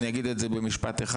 אני אגיד את זה במשפט אחד,